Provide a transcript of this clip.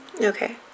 Okay